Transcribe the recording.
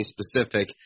specific